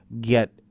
get